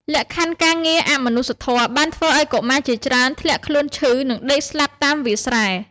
លក្ខខណ្ឌការងារអមនុស្សធម៌បានធ្វើឱ្យកុមារជាច្រើនធ្លាក់ខ្លួនឈឺ និងដេកស្លាប់តាមវាលស្រែ។